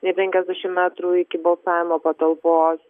nei penkiasdešim metrų iki balsavimo patalpos